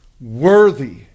worthy